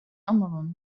أمر